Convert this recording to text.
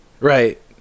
Right